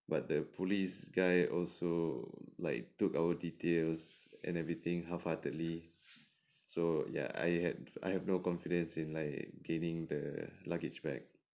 but the police guy also like took our details and everything half-heartedly so ya I had I have no confidence in like gaining the luggage back